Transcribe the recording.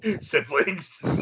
siblings